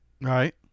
right